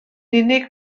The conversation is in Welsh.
unig